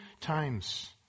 times